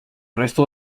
resto